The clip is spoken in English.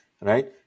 right